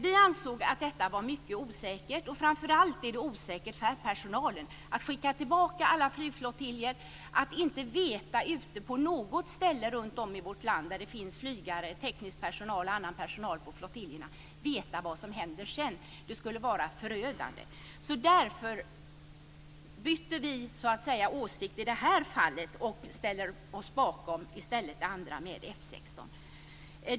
Vi ansåg att detta var mycket osäkert, framför allt för personalen, att förslaget om att alla flygflottiljer skulle skickas tillbaka och att man ute på flottiljerna ute i landet där det finns flygare, teknisk personal och annan personal inte skulle veta vad som händer sedan. Det skulle vara förödande. Därför bytte vi så att säga åsikt i detta fall och ställer oss i stället bakom det som handlar om F 16.